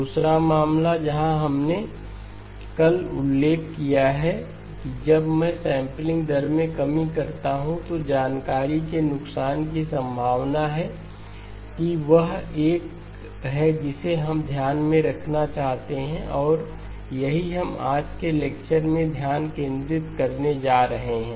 दूसरा मामला जहां हमने कल उल्लेख किया है कि जब मैं सैंपलिंग दर में कमी करता हूं तो जानकारी के नुकसान की संभावना है कि वह एक है जिसे हम ध्यान में रखना चाहते हैं और यही हम आज के लेक्चर में ध्यान केंद्रित करने जा रहे हैं